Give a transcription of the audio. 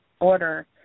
order